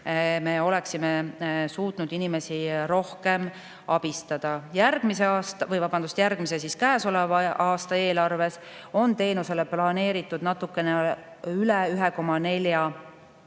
me oleksime suutnud inimesi rohkem abistada. Järgmise aasta, vabandust, käesoleva aasta eelarves on teenusele planeeritud natukene üle 1,4